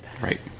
Right